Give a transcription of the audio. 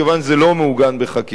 כיוון שזה לא מעוגן בחקיקה,